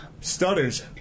Stutters